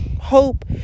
hope